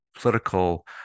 political